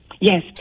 Yes